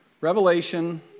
Revelation